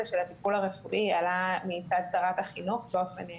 הטיפול הרפואי עלה מצד שרת החינוך באופן פרטני,